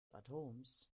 atoms